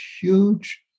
huge